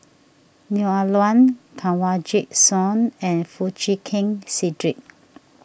Neo Ah Luan Kanwaljit Soin and Foo Chee Keng Cedric